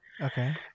okay